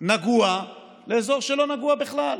נגוע לאזור שלא נגוע בכלל.